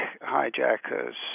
hijackers